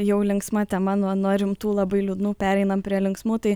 jau linksma tema nuo nuo rimtų labai liūdnų pereinam prie linksmų tai